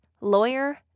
lawyer